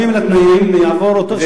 מסכימים לתנאים והם יוצמדו לחוק אחד.